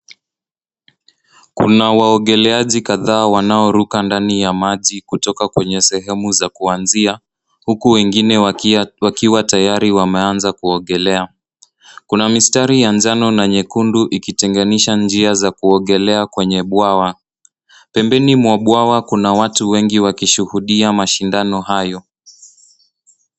Kuna waogeleaji kadhaa wakiruka ndani ya maji kutoka sehemu za kuanzia, huku wengine wakiwa tayari wameanza kuogelea. Kuna mistari ya njano na nyekundu inayotenganisha njia za kuogelea kwenye bwawa. Kando ya bwawa, kuna watu wengi wakishuhudia mashindano hayo.